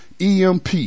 emp